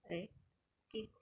এই কি